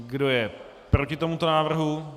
Kdo je proti tomuto návrhu?